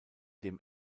dem